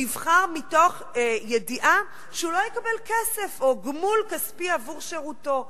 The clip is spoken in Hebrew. נבחר מתוך ידיעה שהוא לא יקבל כסף או גמול כספי עבור שירותו.